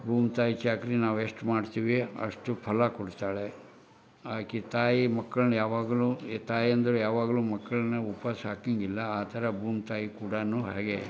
ಭೂಮಿ ತಾಯಿ ಚಾಕರಿ ನಾವೆಷ್ಟು ಮಾಡ್ತೀವಿ ಅಷ್ಟು ಫಲ ಕೊಡ್ತಾಳೆ ಆಕೆ ತಾಯಿ ಮಕ್ಳನ್ನ ಯಾವಾಗಲೂ ತಾಯಂದ್ರು ಯಾವಾಗಲೂ ಮಕ್ಳನ್ನ ಉಪ್ವಾಸ ಹಾಕೋಂಗಿಲ್ಲ ಆ ಥರ ಭೂಮಿ ತಾಯಿ ಕೂಡ ಹಾಗೆ